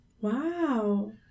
Wow